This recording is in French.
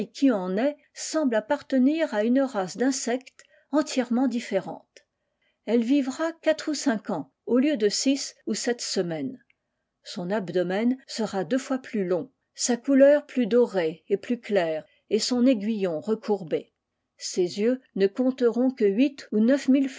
en naît semble appartenir à une race d'insectes entièrement différente vivra quatre ou cinq ans au lieu de six pt semaines son abdomen sera deux fois ug su couleur plus dorée et plus claire et son aiguillon recourbé ses yeux ne compteront que huit ou neuf